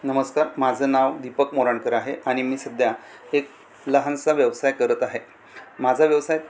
नमस्कार माझं नाव दीपक मोरणकर आहे आणि मी सध्या एक लहानसा व्यवसाय करत आहे माझा व्यवसाय